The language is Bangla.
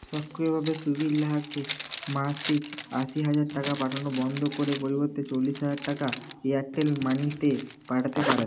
সক্রিয়ভাবে সুবীর লাহাকে মাসিক আশি হাজার টাকা পাঠানো বন্ধ করে পরিবর্তে চল্লিশ হাজার টাকা এয়ারটেল মানিতে পাঠাতে পারেন